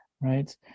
Right